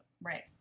Right